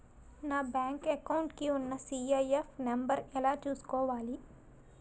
నా bank account కి ఉన్న సి.ఐ.ఎఫ్ నంబర్ ఎలా చూసుకోవాలి?